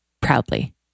Proudly